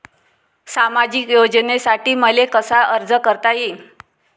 सामाजिक योजनेसाठी मले कसा अर्ज करता येईन?